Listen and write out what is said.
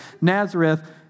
Nazareth